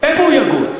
איפה הוא יגור?